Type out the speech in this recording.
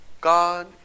God